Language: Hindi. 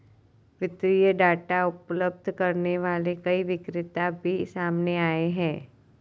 वित्तीय डाटा उपलब्ध करने वाले कई विक्रेता भी सामने आए हैं